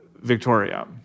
Victoria